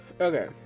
Okay